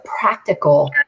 practical